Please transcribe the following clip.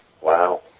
wow